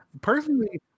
Personally